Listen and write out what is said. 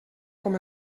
com